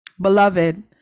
Beloved